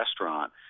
restaurant